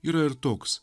yra ir toks